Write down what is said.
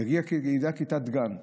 יגיעו לכיתת גן.